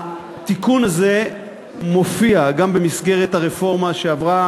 התיקון הזה מופיע גם במסגרת הרפורמה שעברה